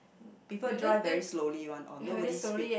people drive very slowly one nobody speed